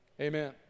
Amen